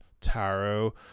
tarot